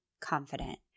confident